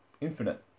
infinite